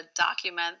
document